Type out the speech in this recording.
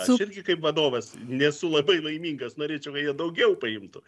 aš irgi kaip vadovas nesu labai laimingas norėčiau kad jie daugiau paimtų